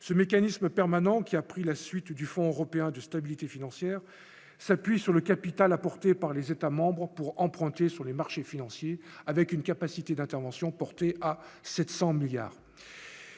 ce mécanisme permanent qui a pris la suite du Fonds européen de stabilité financière s'appuie sur le capital apporté par les États membres pour emprunter sur les marchés financiers avec une capacité d'intervention porté à 700 milliards